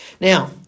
Now